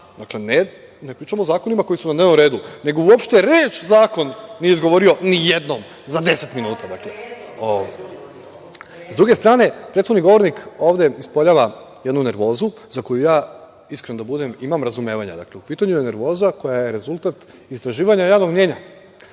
zakon. Ne pričam o zakonima koji su na dnevnom redu, nego uopšte reč zakon nije izgovorio ni jednom za deset minuta.S druge strane, prethodni govornik ovde ispoljava jednu nervozu za koju ja, iskren da budem, imam razumevanja. U pitanju je nervoza koja je rezultat istraživanja javnog mnjenja.